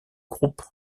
groupe